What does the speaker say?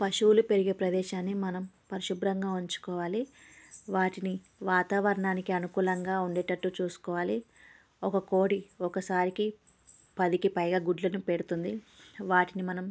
పశువులు పెరిగే ప్రదేశాన్ని మనం పరిశుభ్రంగా ఉంచుకోవాలి వాటిని వాతావరణానికి అనుకూలంగా ఉండేటట్లు చూసుకోవాలి ఒక కోడి ఒకసారికి పదికి పైగా గుడ్లను పెడుతుంది వాటిని మనం